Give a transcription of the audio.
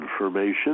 information